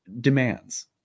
demands